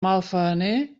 malfaener